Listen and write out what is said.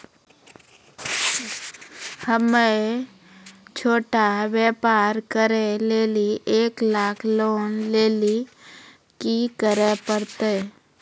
हम्मय छोटा व्यापार करे लेली एक लाख लोन लेली की करे परतै?